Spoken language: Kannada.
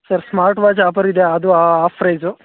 ಸರ್ ಸ್ಮಾರ್ಟ್ ವಾಚ್ ಆಪರ್ ಇದೆ ಅದು ಆಫ್ ಪ್ರೈಸು